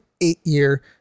eight-year